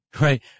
Right